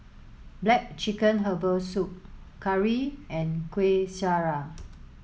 black chicken herbal soup curry and Kueh Syara